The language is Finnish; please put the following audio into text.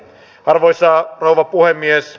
arvoisa rouva puhemies